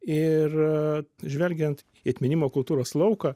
ir žvelgiant į atminimo kultūros lauką